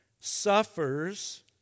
suffers